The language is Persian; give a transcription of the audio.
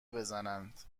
بزنند